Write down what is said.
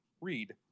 read